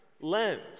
lens